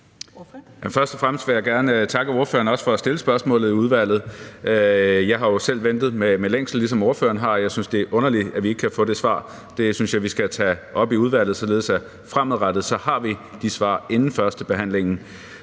Først og fremmest vil jeg gerne takke fru Mette Thiesen for også at stille spørgsmålet i udvalget. Jeg har jo selv ventet med længsel, ligesom hun har, og jeg synes, det er underligt, at vi ikke kan få det svar. Det synes jeg vi skal tage op i udvalget, således at vi fremadrettet har de svar inden førstebehandlingen.